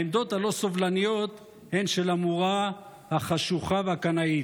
העמדות הלא-סובלניות הן של המורה החשוכה והקנאית.